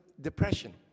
depression